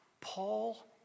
Paul